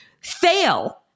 fail